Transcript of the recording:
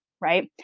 right